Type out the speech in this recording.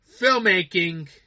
filmmaking